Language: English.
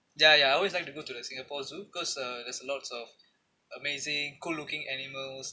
ya ya I always like to go to the singapore zoo because uh there's lots of amazing good looking animals